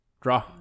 draw